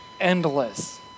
endless